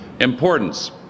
importance